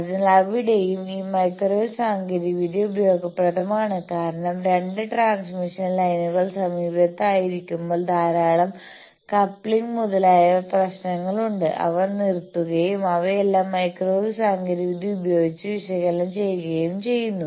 അതിനാൽ അവിടെയും ഈ മൈക്രോവേവ് സാങ്കേതികവിദ്യ ഉപയോഗപ്രദമാണ് കാരണം രണ്ട് ട്രാൻസ്മിഷൻ ലൈനുകൾ സമീപത്തായിരിക്കുമ്പോൾ ധാരാളം കപ്ലിംഗ് മുതലായ പ്രശ്നങ്ങളുണ്ട് അവ നിർത്തുകയും അവയെല്ലാം മൈക്രോവേവ് സാങ്കേതികവിദ്യ ഉപയോഗിച്ച് വിശകലനം ചെയുകയും ചെയ്യുന്നു